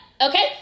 okay